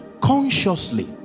consciously